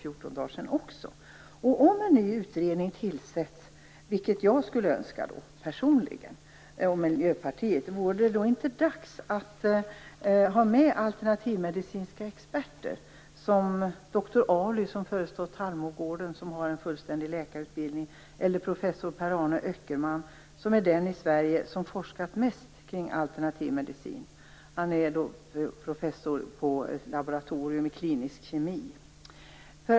Om en ny utredning tillsätts, vilket jag personligen och Miljöpartiet skulle önska, vore det då inte dags att ta med alternativmedicinska experter som doktor Aly, som förestår Tallmogården och som har en fullständig läkarutbildning, eller professor Per-Arne Öckerman, som är den i Sverige som har forskat mest kring alternativ medicin. Han är professor på ett laboratorium för klinisk kemi.